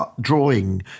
drawing